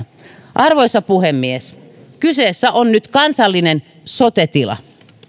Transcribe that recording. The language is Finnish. arvoisa puhemies kyseessä on nyt kansallinen sote tila